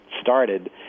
started